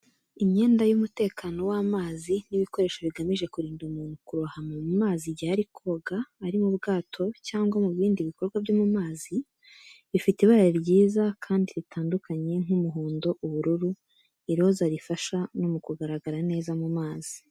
Imyenda y'umutekano w'amazi n'ibikoresho bigamije kurinda umuntu kurohama mu mazi igihe ari koga, ari mu bwato cyangwa mu bindi bikorwa byo mu mazi. Bifite ibara ryiza, kandi ritandukanye nk’umuhondo, ubururu, iroza rifasha no mu kugaragara neza mu mazi.